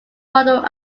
modeled